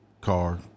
car